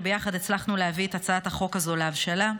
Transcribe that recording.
שביחד הצלחנו להביא את הצעת החוק הזו להבשלה.